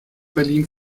berlin